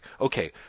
okay